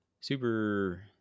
super